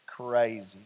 crazy